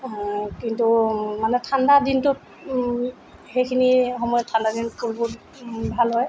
কিন্তু মানে ঠাণ্ডাদিনটোত সেইখিনি সময়ত ঠাণ্ডাদিনত ফুলবোৰ ভাল হয়